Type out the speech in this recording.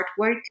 artwork